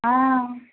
हाँ